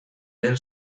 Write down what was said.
den